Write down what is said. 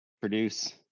produce